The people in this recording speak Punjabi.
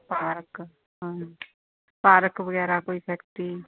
ਪਾਰਕ ਹਾਂ ਪਾਰਕ ਵਗੈਰਾ ਕੋਈ ਫੈਕਟਰੀ